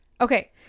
Okay